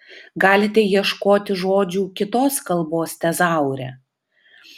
galite ieškoti žodžių kitos kalbos tezaure